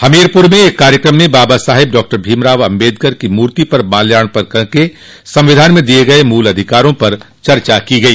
हमीरपुर में एक कार्यक्रम में बाबा साहेब डॉ भीमराव आम्बेडकर की मूर्ति पर माल्यार्पण कर संविधान में दिये गये मूल अधिकारो पर चर्चा की गई